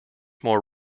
more